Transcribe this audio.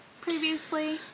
previously